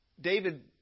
david